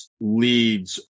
leads